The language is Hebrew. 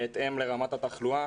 בהתאם לרמת התחלואה